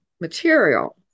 material